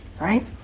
right